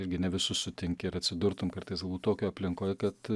irgi ne visus sutinki ir atsidurtum kartais tokioj aplinkoj kad